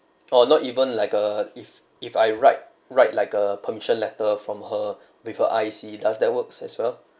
oh not even like a if if I write write like a permission letter from her with her I_C does that works as well